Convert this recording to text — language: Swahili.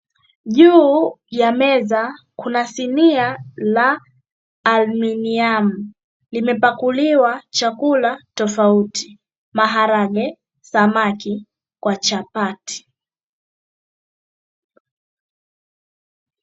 Juu ya meza kuna sinia la aluminiamu. Limepakuliwa chakula tofauti; maharage, samaki kwa chapati.